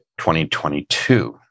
2022